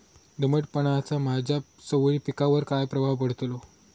दमटपणाचा माझ्या चवळी पिकावर काय प्रभाव पडतलो?